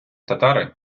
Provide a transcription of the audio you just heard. татари